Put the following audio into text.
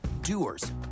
doers